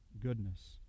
goodness